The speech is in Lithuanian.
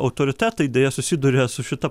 autoritetai deja susiduria su šita